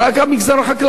אני לא מדבר על עופות,